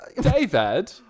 David